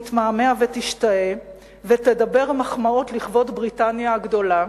תתמהמה ותשתהה ותדבר מחמאות לכבוד בריטניה הגדולה,